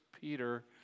Peter